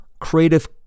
Creative